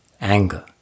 anger